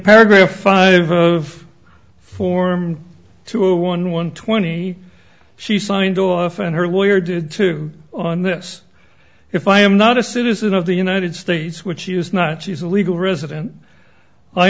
paragraph five of form two one one twenty she signed off and her lawyer did too on this if i am not a citizen of the united states which she is not she is a legal resident i